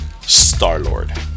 Star-Lord